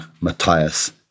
Matthias